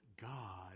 God